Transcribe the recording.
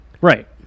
Right